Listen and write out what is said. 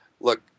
Look